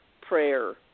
prayer